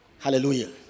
Hallelujah